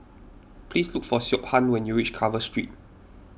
please look for Siobhan when you reach Carver Street